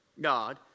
God